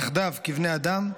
יחדיו כבני אדם,